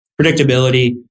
Predictability